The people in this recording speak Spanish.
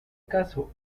caso